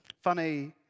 Funny